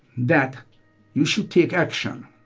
that you should take action,